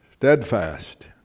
steadfast